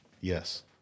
Yes